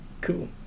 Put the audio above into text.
Cool